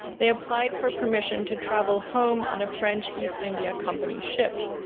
they applied for permission to travel home on a french east india company ship.